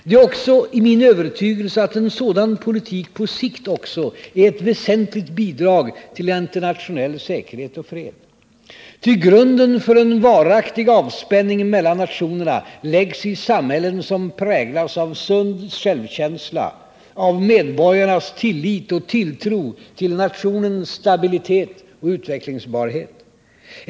Det är min övertygelse, att en sådan politik på sikt också är ett väsentligt bidrag till internationell säkerhet och fred. Ty grunden för en varaktig avspänning mellan nationerna läggs i samhällen som präglas av sund självkänsla, av medborgarnas tillit och tilltro till nationens stabilitet och utvecklingsbarhet.